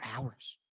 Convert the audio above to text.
hours